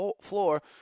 floor